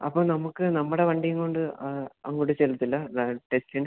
അപ്പം നമുക്ക് നമ്മുടെ വണ്ടിയും കൊണ്ട് അങ്ങോട്ട് ചെല്ലാന് പറ്റില്ല ടെസ്റ്റിന്